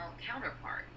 counterpart